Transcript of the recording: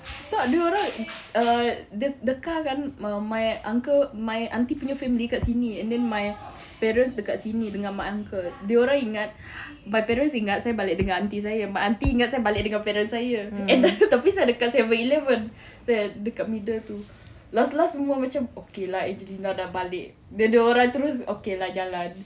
tak dia orang err the the car kan err my my uncle my aunty punya family dekat sini and then my parents dekat sini dengan my uncle dia orang ingat my parents ingat saya balik dengan aunty saya my aunty ingat saya balik dengan parents saya and then tapi saya dekat seven eleven saya dekat middle tu last last semua macam okay lah angelina dah balik then dia orang terus okay lah jalan